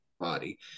body